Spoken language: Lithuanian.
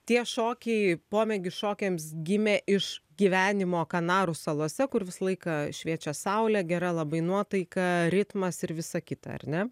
tie šokiai pomėgiu šokiams gimė iš gyvenimo kanarų salose kur visą laiką šviečia saulė gera labai nuotaika ritmas ir visa kita ar ne